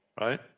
right